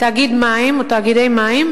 תאגיד מים,